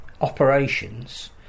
operations